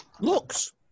looks